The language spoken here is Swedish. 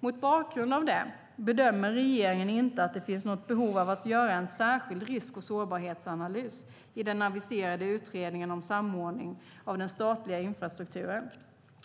Mot bakgrund av det bedömer regeringen inte att det finns något behov av att göra en särskild risk och sårbarhetsanalys i den aviserade utredningen om samordning av den statliga infrastrukturen.